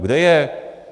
Kde je?